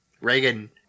Reagan